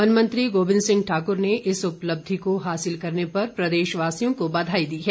one मंत्री गोविंद सिंह ठाकूर ने इस उपलब्धि को हासिल करने पर प्रदेशवासियों को बघाई दी है